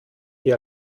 die